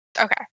Okay